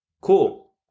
Cool